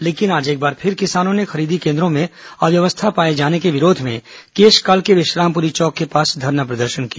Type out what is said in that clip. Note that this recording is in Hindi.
लेकिन आज एक बार फिर किसानों ने खरीदी केन्द्रों में अव्यवस्था पाए जाने के विरोध में केशकाल के विश्रामपुरी चौक के पास धरना प्रदर्शन किया